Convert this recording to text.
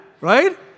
Right